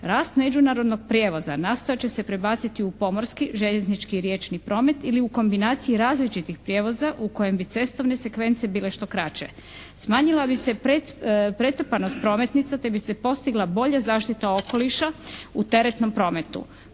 Rast međunarodnog prijevoza nastojat će se prebaciti u pomorski, željeznički i riječni promet ili u kombinaciji različitih prijevoza u kojem bi cestovne sekvence bile što kraće. Smanjila bi se pretrpanost prometnica te bi se postigla bolja zaštita okoliša u teretnom prometu.